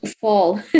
fall